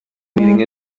leading